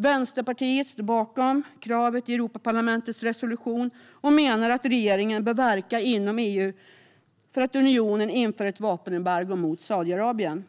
Vänsterpartiet står bakom kravet i Europaparlamentets resolution och menar att regeringen bör verka inom EU för att unionen inför ett vapenembargo mot Saudiarabien.